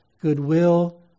goodwill